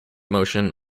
motion